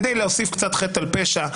כדי להוסיף קצת חטא על פשע,